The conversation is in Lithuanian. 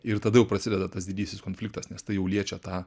ir tada jau prasideda tas didysis konfliktas nes tai jau liečia tą